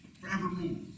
forevermore